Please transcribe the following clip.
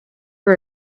for